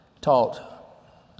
taught